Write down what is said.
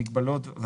המגבלות,